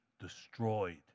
destroyed